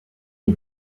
est